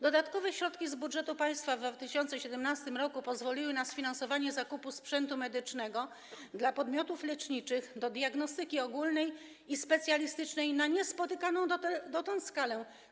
Dodatkowe środki z budżetu państwa w 2017 r. pozwoliły na sfinansowanie zakupu sprzętu medycznego dla podmiotów leczniczych do diagnostyki ogólnej i specjalistycznej na niespotykaną dotąd skalę.